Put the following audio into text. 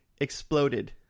exploded